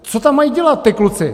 Co tam mají dělat ti kluci?